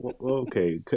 okay